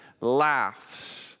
laughs